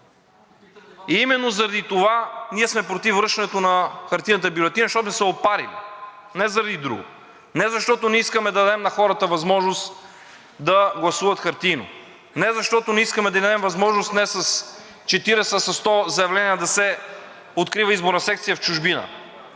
Именно заради това ние сме против връщането на хартиената бюлетина, защото сме се опарили, не заради друго. Не защото не искаме да дадем на хората възможност да гласуват хартиено. Не защото не искаме да им дадем възможност не с 40, а със 100 заявления да се открива изборна секция в чужбина.